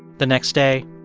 the next day.